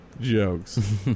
jokes